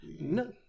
No